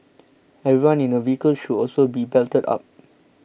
everyone in a vehicle should also be belted up